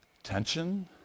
Tension